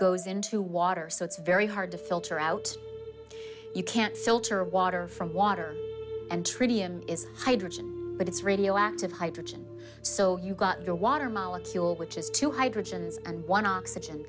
goes into water so it's very hard to filter out you can't filter water from water and tritium is hydrogen but it's radioactive hydrogen so you've got the water molecule which is two hydrogen and one oxygen